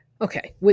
okay